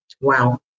Wow